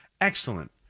excellent